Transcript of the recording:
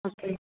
okay